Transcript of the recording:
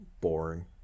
boring